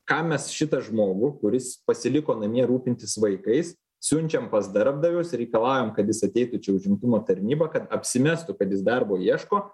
kam mes šitą žmogų kuris pasiliko namie rūpintis vaikais siunčiam pas darbdavius reikalaujam kad jis ateitų čia į užimtumo tarnybą kad apsimestų kad jis darbo ieško